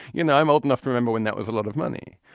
you know, i'm old enough to remember when that was a lot of money.